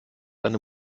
eine